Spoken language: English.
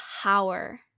power